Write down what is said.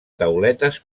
tauletes